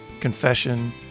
confession